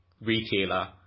retailer